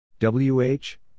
W-H